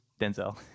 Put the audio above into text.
Denzel